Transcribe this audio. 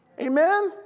Amen